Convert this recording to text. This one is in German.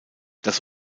das